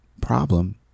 problem